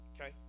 Okay